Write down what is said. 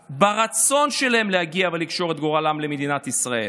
וזו פגיעה קשה ברצון שלהם להגיע ולקשור את גורלם עם מדינת ישראל.